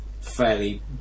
fairly